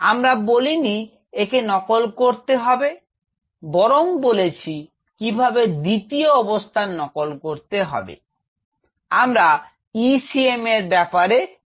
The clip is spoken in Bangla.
আমরা বলিনি একে নকল করতে হবে বরং বলেছি কিভাবে দ্বিতীয় অবস্থার নকল করতে হবে আমরা ECM এর ব্যাপারে কথা বলেছি